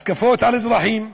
התקפות על אזרחים,